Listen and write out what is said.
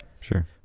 Sure